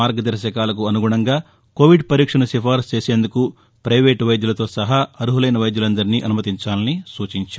మార్గదర్భకాలకు అనుగుణంగా కోవిడ్ పరీక్షసు సిఫార్పు చేసేందుకు రైవేటు వైద్యులతో సహా అర్హులయిన వైద్యులందర్నీ అనుమతించాలని సూచించారు